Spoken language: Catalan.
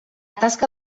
tasca